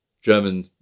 German